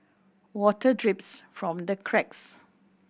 water drips from the cracks